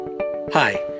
Hi